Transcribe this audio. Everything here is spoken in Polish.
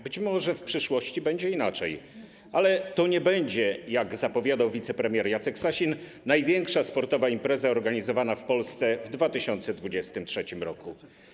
Być może w przyszłości będzie inaczej, ale to nie będzie, jak zapowiadał wicepremier Jacek Sasin, największa sportowa impreza organizowana w Polsce w 2023 r.